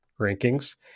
rankings